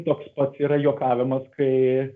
toks pats yra juokavimas kai